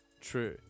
true